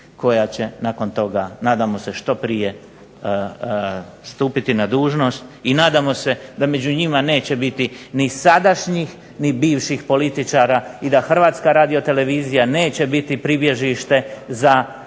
koja će nakon toga nadamo se što prije stupiti na dužnost. I nadamo se da među njima neće biti ni sadašnjih ni bivših političara i da Hrvatska radiotelevizija neće biti pribježište za